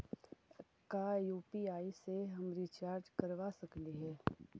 का यु.पी.आई से हम रिचार्ज करवा सकली हे?